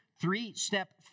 three-step